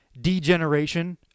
degeneration